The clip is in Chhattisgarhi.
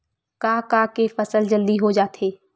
का का के फसल जल्दी हो जाथे?